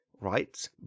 Right